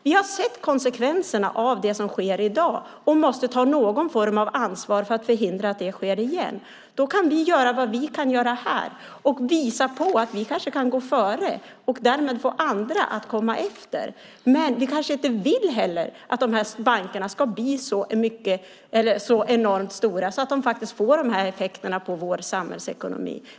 Vi har sett konsekvenserna av det som sker i dag och måste ta någon form av ansvar för att förhindra att det sker igen. Då kan vi göra vad vi kan här och visa att vi kanske kan gå före och därmed få andra att komma efter. Men vi kanske inte heller vill att bankerna ska bli så enormt stora att de får dessa effekter på vår samhällsekonomi.